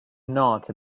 not